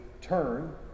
turn